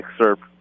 excerpt